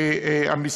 ומולן,